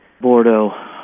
Bordeaux